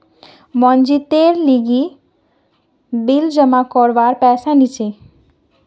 मनजीतेर लीगी बिल जमा करवार पैसा नि छी